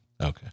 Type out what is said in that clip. okay